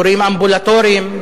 תורים אמבולטוריים,